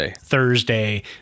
Thursday